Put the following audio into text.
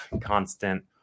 constant